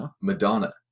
Madonna